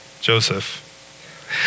Joseph